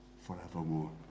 forevermore